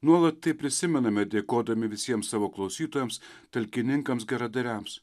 nuolat tai prisimename dėkodami visiems savo klausytojams talkininkams geradariams